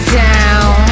down